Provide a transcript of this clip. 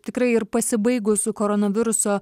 tikrai ir pasibaigus koronaviruso